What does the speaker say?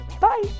Bye